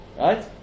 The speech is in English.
right